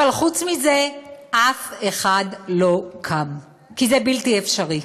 אבל חוץ מזה אף אחד לא קם, כי זה בלתי אפשרי.